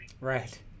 right